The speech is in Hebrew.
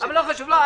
ולהפוך את